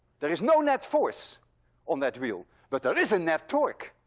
there is no net force on that wheel but there is a net torque,